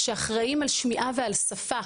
שאחראים על שמיעה ועל שפה.